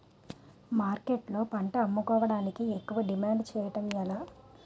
మార్కెట్లో పంట అమ్ముకోడానికి ఎక్కువ డిమాండ్ చేయడం ఎలా?